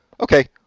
Okay